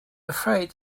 afraid